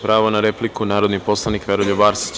Pravo na repliku narodni poslanik Veroljub Arsić.